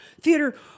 theater